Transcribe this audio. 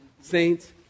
Saints